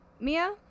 Mia